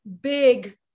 big